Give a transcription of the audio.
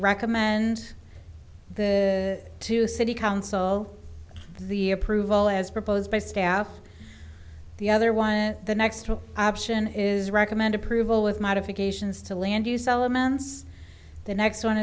recommend to city council the approval as proposed by staff the other one the next option is recommend approval with modifications to land use elements the next one